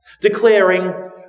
declaring